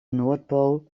noordpool